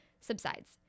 subsides